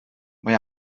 mae